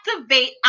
activate